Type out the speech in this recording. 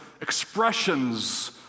expressions